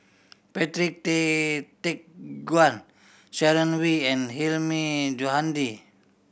Patrick Tay Teck Guan Sharon Wee and Hilmi Johandi